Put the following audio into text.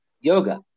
yoga